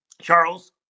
Charles